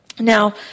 Now